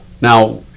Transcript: Now